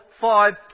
five